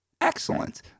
excellent